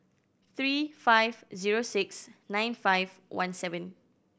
three five zero six nine five one seven